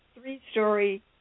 three-story